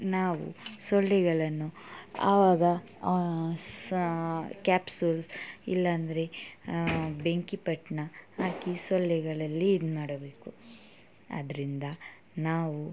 ನಾವು ಸೊಳ್ಳೆಗಳನ್ನು ಆವಾಗ ಸಾ ಕ್ಯಾಪ್ಸುಲ್ಸ್ ಇಲ್ಲಾಂದರೆ ಬೆಂಕಿ ಪೊಟ್ನ ಹಾಕಿ ಸೊಳ್ಳೆಗಳಲ್ಲಿ ಇದು ಮಾಡಬೇಕು ಅದರಿಂದ ನಾವು